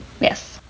Yes